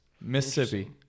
Mississippi